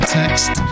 text